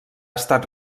estat